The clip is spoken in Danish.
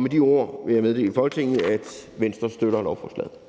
Med de ord vil jeg meddele Folketinget, at Venstre støtter lovforslaget.